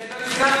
את זה לא הזכרתי.